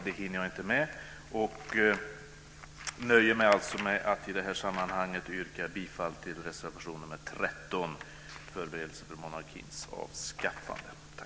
Det hinner jag inte med utan nöjer mig med att i detta sammanhang yrka bifall till reservation 13 om förberedelse för monarkins avskaffande.